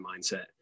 mindset